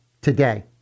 today